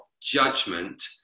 judgment